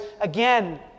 again